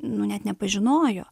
nu net nepažinojo